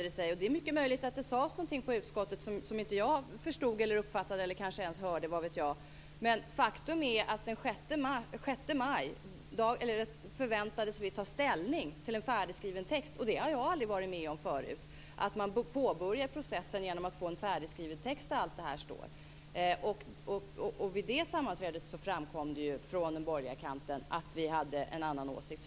Det är mycket möjligt att det sades någonting på utskottet som jag inte förstod, uppfattade eller ens hörde, vad vet jag. Men faktum är att den 6 maj förväntades vi ta ställning till en färdigskriven text. Och det har jag aldrig varit med om förut, att man påbörjar processen genom att få en färdigskriven text där allt detta står. Vid det sammanträdet framkom det ju från den borgerliga kanten att vi hade en annan åsikt.